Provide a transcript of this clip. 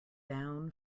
down